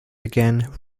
again